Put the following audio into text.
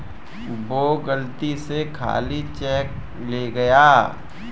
वो गलती से खाली चेक ले गया